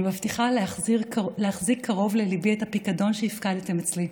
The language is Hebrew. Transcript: אני מבטיחה להחזיק קרוב לליבי את הפיקדון שהפקדתם אצלי,